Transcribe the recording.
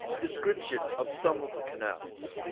description of some of the canals.